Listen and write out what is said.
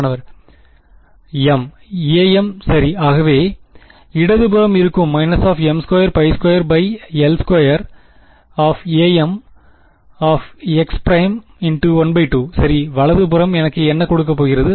மாணவர் m amசரி ஆகவே இடது புறம் இருக்கும் m22l2amx′×12 சரி வலது புறம் எனக்கு என்ன கொடுக்கப் போகிறது